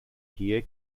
here